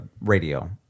radio